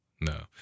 no